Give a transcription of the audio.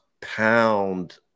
pound